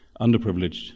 underprivileged